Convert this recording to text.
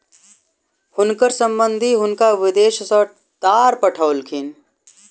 हुनकर संबंधि हुनका विदेश सॅ तार पठौलखिन